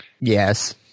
Yes